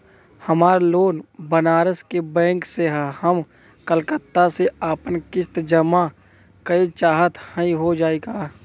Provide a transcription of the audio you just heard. हमार लोन बनारस के बैंक से ह हम कलकत्ता से आपन किस्त जमा कइल चाहत हई हो जाई का?